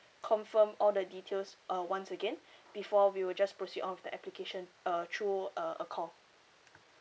confirm all the details uh once again before we will just proceed all of the application uh through uh a call